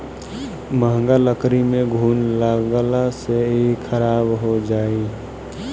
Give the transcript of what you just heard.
महँग लकड़ी में घुन लगला से इ खराब हो जाई